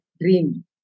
dream